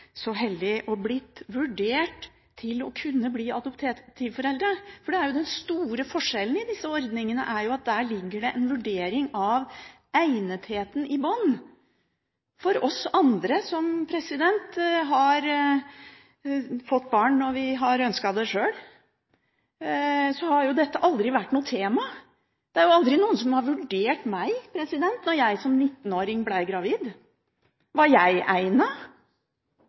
heldig og blitt vurdert til å kunne bli adoptivforeldre. Den store forskjellen i disse ordningene er at det ligger en vurdering av egnetheten i bunnen. For oss andre som har fått barn når vi har ønsket det sjøl, har dette aldri vært noe tema. Det var aldri noen som vurderte meg, da jeg som 19-åring ble gravid. Var jeg